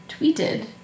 tweeted